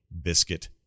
Biscuit